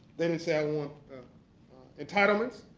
they didn't say i want entitlements.